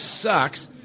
sucks